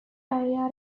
area